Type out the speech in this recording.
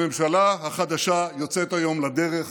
הממשלה החדשה יוצאת היום לדרך